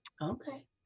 Okay